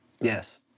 Yes